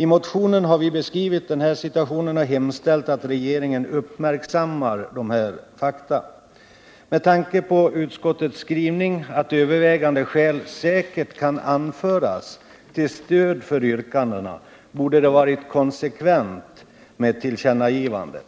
I motionen har vi beskrivit den här situationen och hemställt att regeringen uppmärksammar dessa fakta. Med tanke på utskottets skrivning att övervägande skäl kan anföras till stöd för yrkandena borde det ha varit konsekvent med ett tillkännagivande.